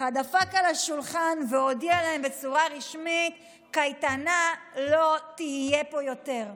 דפק על השולחן והודיע להם בצורה רשמית: קייטנה לא תהיה פה יותר.